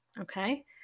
Okay